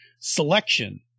Selection